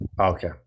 Okay